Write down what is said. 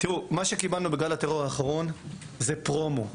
תראו, מה שקיבלנו בגל הטרור האחרון, זה פרומו.